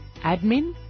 admin